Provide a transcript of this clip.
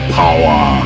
power